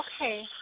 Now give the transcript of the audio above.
Okay